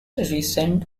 recent